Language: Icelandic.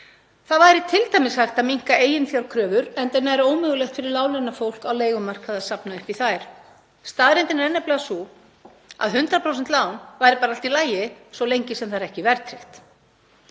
Það væri t.d. hægt að minnka eiginfjárkröfur, enda er nær ómögulegt fyrir láglaunafólk á leigumarkaði að safna upp í þær. Staðreyndin er nefnilega sú að 100% lán væri bara allt í lagi svo lengi sem það er ekki verðtryggt.